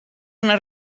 una